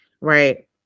right